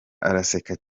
araseka